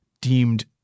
deemed